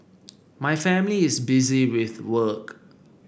my family is busy with work